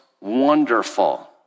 wonderful